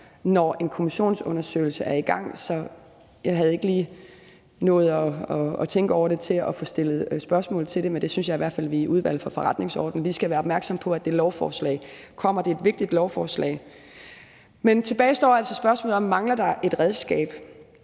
når en kommissionsundersøgelse er i gang. Jeg havde ikke lige nået at tænke over det til at få stillet spørgsmål til det, men jeg synes i hvert fald, at vi i Udvalget for Forretningsordenen lige skal være opmærksomme på, at det lovforslag kommer. Det er et vigtigt lovforslag. Men tilbage står altså spørgsmålet om, om der mangler et redskab.